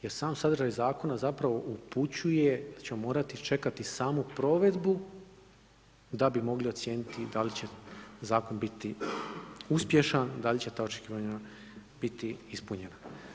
Jer sam sadržaj zakona zapravo upućuje da ćemo morati samu provedbu da bi mogli ocijeniti da li će zakon biti uspješan, da li će ta očekivanja biti ispunjena.